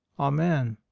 amen.